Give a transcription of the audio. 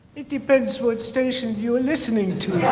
it depends what station you're listening to.